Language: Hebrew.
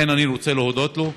לכן אני רוצה להודות לו.